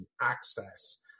access